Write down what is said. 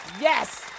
Yes